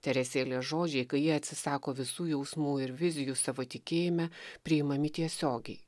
teresėlės žodžiai kai ji atsisako visų jausmų ir vizijų savo tikėjime priimami tiesiogiai